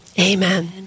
Amen